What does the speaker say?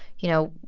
you know,